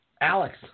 Alex